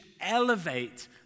elevate